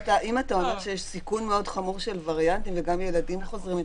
אם אתה אומר שיש סיכון מאוד חמור של וריאנטים וגם ילדים חוזרים איתם,